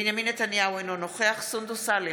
בנימין נתניהו, אינו נוכח סונדוס סאלח,